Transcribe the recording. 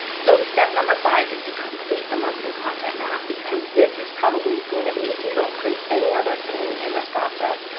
so step number five is to complete the monthly content map, because this is probably going to be, if you don't create any other thing in this process.